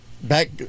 back